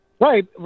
right